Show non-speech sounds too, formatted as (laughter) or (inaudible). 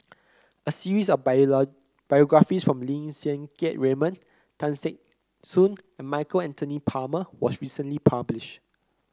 a series of (unintelligible) biographies from Lim Siang Keat Raymond Tan Teck Soon and Michael Anthony Palmer was recently published